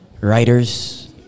Writers